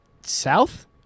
south